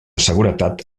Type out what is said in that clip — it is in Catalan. seguretat